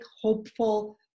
hopeful